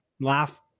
laugh